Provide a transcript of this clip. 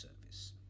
service